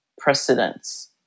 Precedence